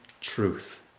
truth